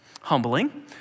humbling